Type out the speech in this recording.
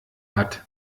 hat